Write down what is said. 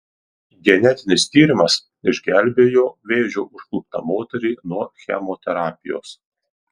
genetinis tyrimas išgelbėjo vėžio užkluptą moterį nuo chemoterapijos